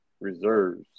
reserves